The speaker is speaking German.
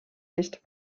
nicht